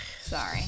Sorry